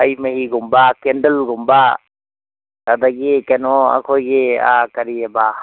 ꯍꯩ ꯃꯍꯤꯒꯨꯝꯕ ꯀꯦꯟꯗꯜꯒꯨꯝꯕ ꯑꯗꯒꯤ ꯀꯩꯅꯣ ꯑꯩꯈꯣꯏꯒꯤ ꯀꯔꯤꯑꯕ